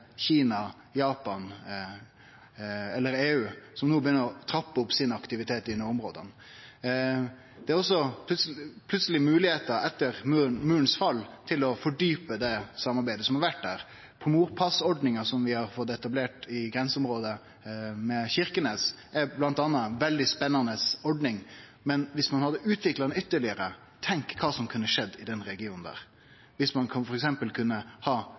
Kina, Japan eller EU som no begynner å trappe opp aktiviteten sin i nordområda. Etter Murens fall er det òg plutseleg mogleg å utdjupe det samarbeidet som har vore der. Pomorpassordninga, bl.a., som vi har fått etablert i grenseområdet ved Kirkenes, er ei veldig spennande ordning. Dersom ein hadde utvikla ho ytterlegare, tenk kva som kunne skjedd i denne regionen – dersom ein f.eks. kunne